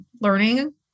learning